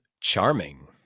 charming